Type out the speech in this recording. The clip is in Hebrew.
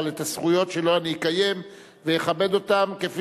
אבל את הזכויות שלו אני אקיים ואכבד כפי